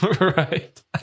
right